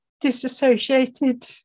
disassociated